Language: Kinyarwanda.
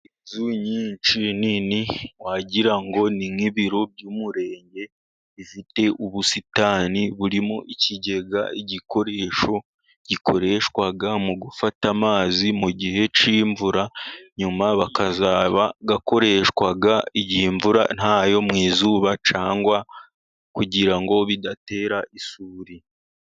Inzu nyinshi nini wagira ngo ni nk'ibiro by'umurenge. Zifite ubusitani burimo ikigega, igikoresho gikoreshwa mu gufata amazi mu gihe cy'imvura, nyuma akazaba akoreshwa igihe imvura ntayo, mu izuba cyangwa kugira ngo idatera isuri.